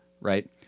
right